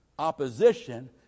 opposition